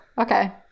okay